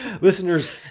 Listeners